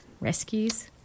rescues